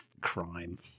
crime